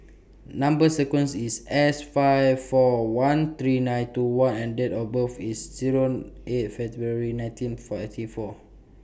Number sequence IS S five four one three nine two one and Date of birth IS Zero eight February nineteen fifty four